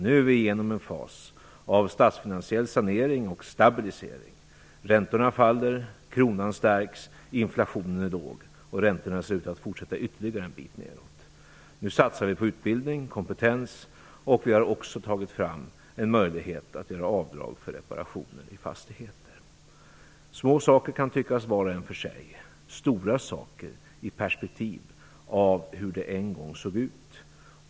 Nu är vi igenom en fas av statsfinansiell sanering och stabilisering. Räntorna faller, kronan stärks, inflationen är låg. Räntorna ser ut att fortsätta ytterligare en bit nedåt. Nu satsar vi på utbildning, kompetens. Vi har också tagit fram en möjlighet att göra avdrag för reparationer i fastigheter. Små saker var och en för sig kan tyckas. Stora saker i perspektiv av hur det en gång såg ut.